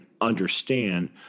understand